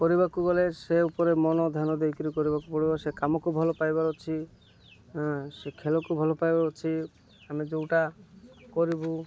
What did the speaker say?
କରିବାକୁ ଗଲେ ସେ ଉପରେ ମନ ଧ୍ୟାନ ଦେଇକିରି କରିବାକୁ ପଡ଼ିବ ସେ କାମକୁ ଭଲ ପାଇବାର ଅଛି ସେ ଖେଳକୁ ଭଲ ପାଇବାର ଅଛି ଆମେ ଯେଉଁଟା କରିବୁ